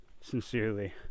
sincerely